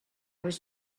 was